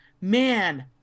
Man